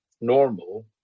normal